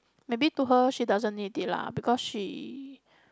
maybe to her she doesn't need it lah because she